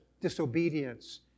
disobedience